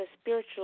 spiritual